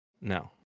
No